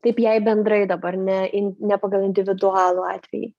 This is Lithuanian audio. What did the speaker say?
taip jei bendrai dabar ne ne pagal individualų atvejį